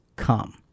Come